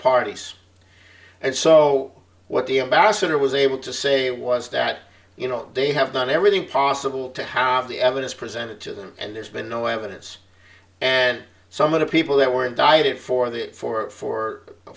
parties and so what the ambassador was able to say was that you know they have done everything possible to have the evidence presented to them and there's been no evidence and some of the people that were indicted for that four